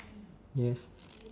yes